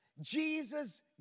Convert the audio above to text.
Jesus